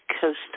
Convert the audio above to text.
Coast